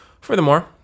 Furthermore